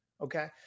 okay